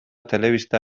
telebista